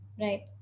right